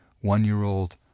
one-year-old